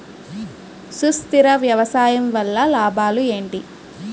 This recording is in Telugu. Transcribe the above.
సుస్థిర వ్యవసాయం వల్ల లాభాలు ఏంటి?